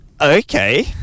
okay